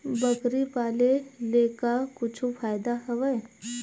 बकरी पाले ले का कुछु फ़ायदा हवय?